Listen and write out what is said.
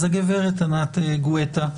אז הגברת ענת גואטה,